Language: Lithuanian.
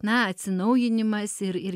na atsinaujinimas ir ir